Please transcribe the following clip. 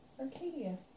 Arcadia